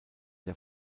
der